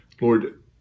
Lord